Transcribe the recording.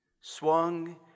swung